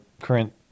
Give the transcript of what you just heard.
current